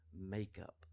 makeup